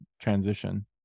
transition